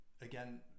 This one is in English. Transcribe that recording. again